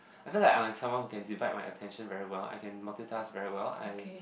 I feel like I'm someone who can divide my attention very well I can multitask very well I